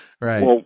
Right